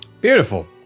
Beautiful